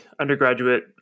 undergraduate